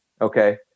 Okay